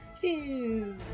Two